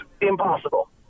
impossible